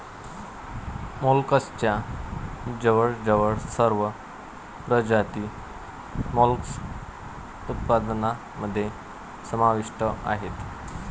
मोलस्कच्या जवळजवळ सर्व प्रजाती मोलस्क उत्पादनामध्ये समाविष्ट आहेत